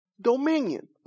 Dominion